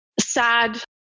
sad